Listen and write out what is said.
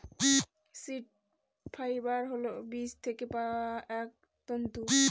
seed fibre হল বীজ থেকে পাওয়া এক তন্তু